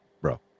bro